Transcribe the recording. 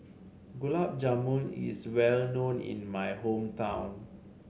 Gulab Jamun is well known in my hometown